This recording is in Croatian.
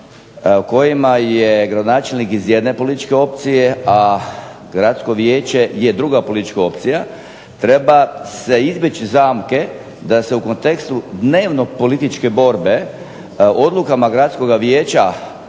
kojima je gradonačelnik iz jedne političke opcije, a Gradsko vijeće je druga politička opcija treba se izbjeći zamke da se u kontekstu dnevno političke borbe odlukama Gradskoga vijeća